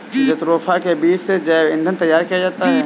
jatropha के बीज से जैव ईंधन तैयार किया जाता है